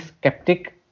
skeptic